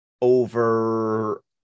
over